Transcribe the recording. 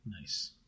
Nice